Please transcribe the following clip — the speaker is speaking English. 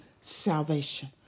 salvation